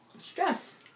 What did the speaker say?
Stress